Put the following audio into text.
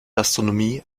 astronomie